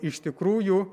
iš tikrųjų